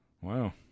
Wow